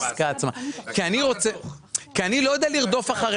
אני לא יודע לרדוף אחריך